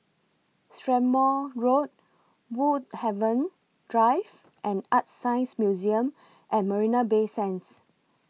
Strathmore Road Woodhaven Drive and ArtScience Museum At Marina Bay Sands